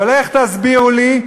אבל איך תסבירו לי,